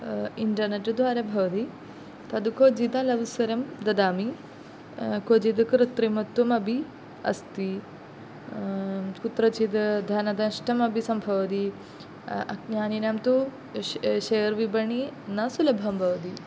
internet द्वारा भवति तत् क्वचित् अवसरं ददामि क्वचित् कृत्रिमत्वमपि अस्ति कुत्रचित् धननष्टमपि सम्भवति अज्ञानिनां तु श् शेर् विपणिः न सुलभं भवति